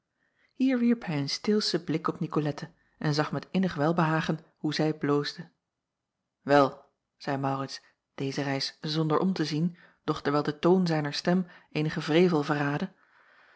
ier wierp hij een steelschen blik op icolette en zag met innig welbehagen hoe zij bloosde el zeî aurits deze reis zonder om te zien doch terwijl de toon zijner stem eenigen wrevel verraadde